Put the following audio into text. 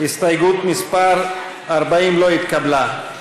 הסתייגות מס' 40 לא התקבלה.